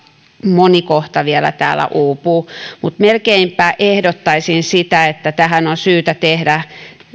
moni kohta vielä uupuu mutta melkeinpä ehdottaisin sitä että tähän on syytä tehdä